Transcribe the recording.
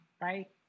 right